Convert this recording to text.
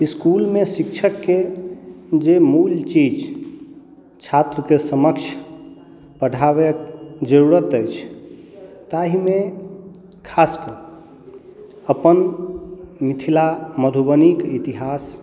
इसकुलमे शिक्षकके जे मूल चीज छात्र के समक्ष पढ़ाबे जरूरत अछि ताहि मे खास के अपन मिथिला मधुबनी के इतिहास